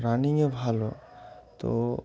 রানিংয়ে ভালো তো